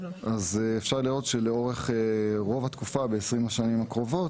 אפשר לראות שלאורך רוב התקופה ב-20 השנים הקרובות,